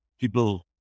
people